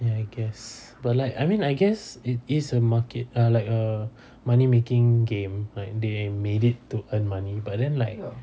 ya I guess but like I mean I guess it is a market uh like a money making game like they made it to earn money but then like